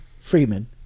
Freeman